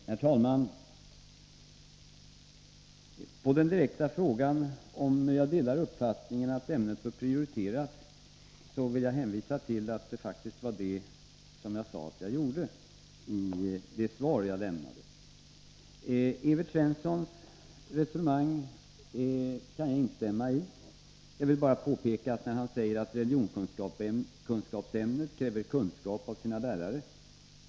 Herr talman! På den direkta frågan om jag delar uppfattningen att ämnet bör prioriteras vill jag hänvisa till att det i det svar som jag lämnade faktiskt var det som jag sade att jag gjorde. Jag kan instämma i Evert Svenssons resonemang. Jag vill bara påpeka en sak. Han sade att religionskunskapsämnet kräver kunskap av sina lärare.